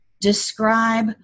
describe